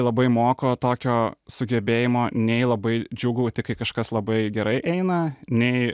labai moko tokio sugebėjimo nei labai džiūgauti kai kažkas labai gerai eina nei